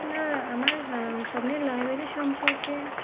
আপনার আমার স্বপ্নের লাইব্রেরি সম্পর্কে